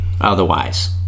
otherwise